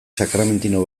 sakramentino